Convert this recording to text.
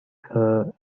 her